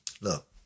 look